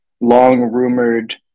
long-rumored